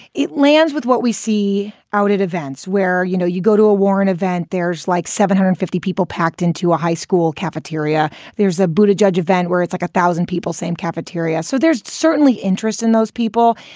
it lands with what we see out at events where, you know, you go to a warren event, there's like seven hundred and fifty people packed into a high school cafeteria. there's a buddha judge event where it's like a thousand people, same cafeteria. so there's certainly interest in those people.